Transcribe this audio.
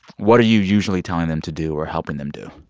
what are you usually telling them to do or helping them do?